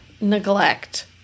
neglect